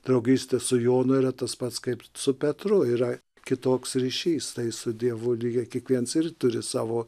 draugystė su jonu yra tas pats kaip su petru yra kitoks ryšys tai su dievu lygiai kiekviens ir turi savo